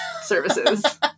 services